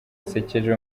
zisekeje